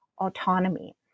autonomy